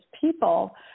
people